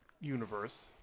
universe